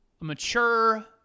mature